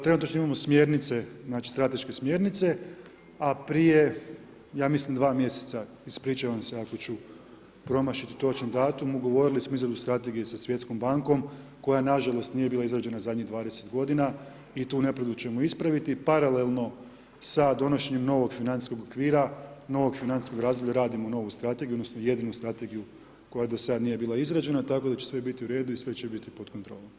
Trenutačno imamo smjernice, znači strateške smjernice a prije ja mislim 2 mjeseca, ispričavam se ako ću promašiti točan datum, ugovorili smo izradu strategije sa Svjetskom bankom koja nažalost nije bila izrađena zadnjih 20 godina i tu nepravdu ćemo ispraviti paralelno sa donošenjem novog financijskog okvira, novog financijskog razdoblja radimo novu strategiju, odnosno jedinu strategiju koja do sad nije bila izrađena, tako da će sve biti u redu i sve će biti pod kontrolom.